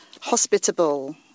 hospitable